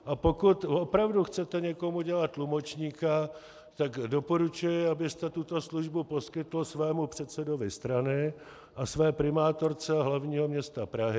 A pokud opravdu chcete někomu dělat tlumočníka, tak doporučuji, abyste tuto službu poskytl svému předsedovi strany a své primátorce hlavního města Prahy.